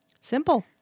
Simple